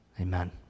Amen